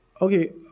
Okay